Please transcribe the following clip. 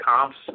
comps